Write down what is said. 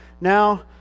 now